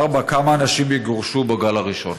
4. כמה אנשים יגורשו בגל הראשון?